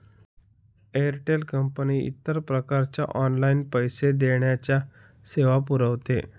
Airtel company इतर प्रकारच्या online पैसे देण्याच्या सेवा पुरविते